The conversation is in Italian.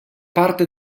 parte